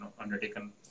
undertaken